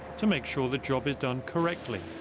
to make sure the job is done correctly.